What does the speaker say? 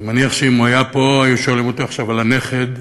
אני מניח שאם הוא היה פה והיו שואלים אותו עכשיו על הנכד,